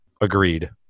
agreed